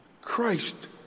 Christ